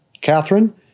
Catherine